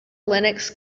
linux